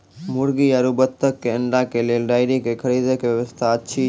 मुर्गी आरु बत्तक के अंडा के लेल डेयरी के खरीदे के व्यवस्था अछि कि?